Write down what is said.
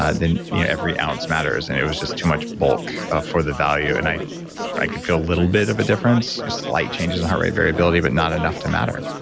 ah then you know every ounce matters and it was just too much bulk for the value and i i could feel a little bit of a difference, slight changes in heart rate variability, but not enough to matter.